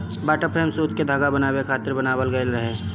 water frame सूत के धागा बनावे खातिर बनावल गइल रहे